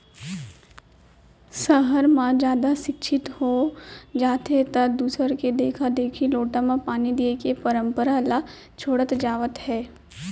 सहर म जादा सिक्छित हो जाथें त दूसर के देखा देखी लोटा म पानी दिये के परंपरा ल छोड़त जावत हें